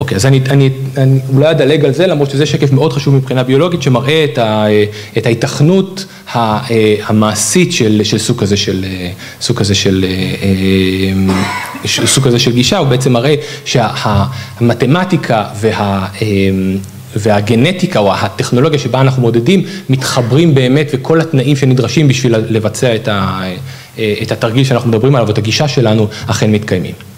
אוקיי, אז אני אולי אדלג על זה למרות שזה שקף מאוד חשוב מבחינה ביולוגית שמראה את ההתכנות המעשית של סוג כזה של סוג כזה של גישה, הוא בעצם מראה שהמתמטיקה והגנטיקה או הטכנולוגיה שבה אנחנו מודדים מתחברים באמת וכל התנאים שנדרשים בשביל לבצע את התרגיל שאנחנו מדברים עליו ואת הגישה שלנו אכן מתקיימים.